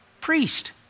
priest